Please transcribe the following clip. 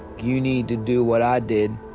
you need to do what i did